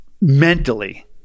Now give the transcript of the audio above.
mentally